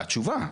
לתשובה.